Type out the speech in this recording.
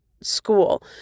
school